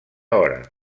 hora